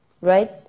right